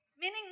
Meaning